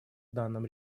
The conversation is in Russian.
данном